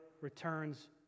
returns